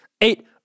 Eight